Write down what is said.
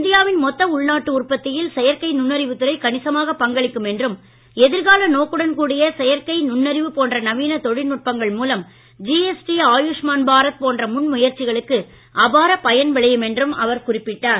இந்தியாவின் மொத்த உள்நாட்டு உற்பத்தியில் செயற்கை நுண்ணறிவுத் துறை கணிசமாக பங்களிக்கும் என்றும் எதிர்கால நோக்குடன் கூடிய செயற்கை நுண்ணறிவு போன்ற நவீன தொழில்நுட்பங்கள் மூலம் ஜிஎஸ்டி ஆயுஷ்மான் பாரத் போன்ற முன் முயற்சிகளுக்கு அபாரப் பயன் விளையும் என்றும் அவர் குறிப்பிட்டார்